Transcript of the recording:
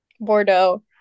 bordeaux